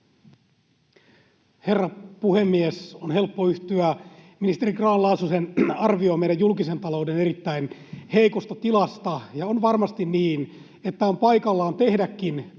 Herra puhemies! On helppo yhtyä ministeri Grahn-Laasosen arvioon meidän julkisen talouden erittäin heikosta tilasta. On varmasti niin, että on paikallaan tehdäkin